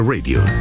Radio